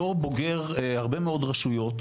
בתור בוגר הרבה מאוד רשויות,